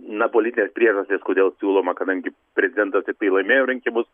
na politinės priežastys kodėl siūloma kadangi prezidentas tiktai laimėjo rinkimus